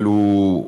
אבל הוא,